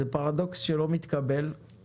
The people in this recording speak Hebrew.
זה פרדוקס לא מתקבל על הדעת,